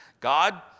God